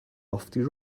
lofty